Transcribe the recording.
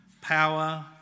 Power